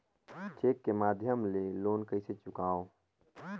Cheque के माध्यम ले लोन कइसे चुकांव?